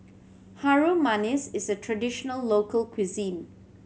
Harum Manis is a traditional local cuisine